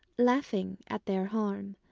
laughing at their harm?